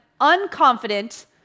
unconfident